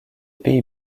pays